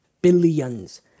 Billions